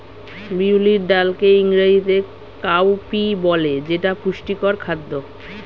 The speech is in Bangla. বিউলির ডালকে ইংরেজিতে কাউপি বলে যেটা পুষ্টিকর খাদ্য